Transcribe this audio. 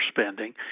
spending